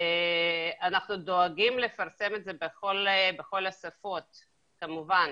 אנחנו דואגים לפרסם את זה בכל השפות כמובן,